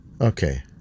Okay